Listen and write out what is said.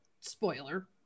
spoiler